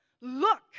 Look